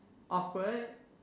awkward